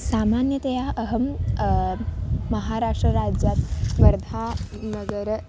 सामान्यतया अहं महाराष्ट्रराज्यात् वर्धानगरं